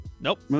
Nope